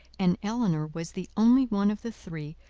and elinor was the only one of the three,